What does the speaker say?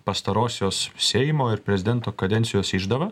pastarosios seimo ir prezidento kadencijos išdava